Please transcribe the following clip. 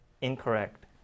incorrect